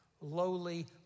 lowly